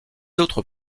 autres